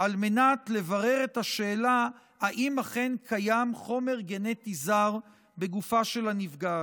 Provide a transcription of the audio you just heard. על מנת לברר את השאלה אם אכן קיים חומר גנטי זר בגופה של הנפגעת.